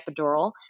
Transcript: epidural